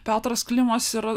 petras klimas ir